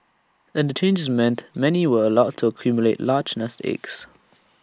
and the changes meant many were allowed to accumulate large nest eggs